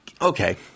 Okay